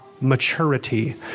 maturity